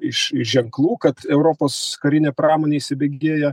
iš iš ženklų kad europos karinė pramonė įsibėgėja